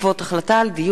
דוד